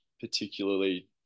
particularly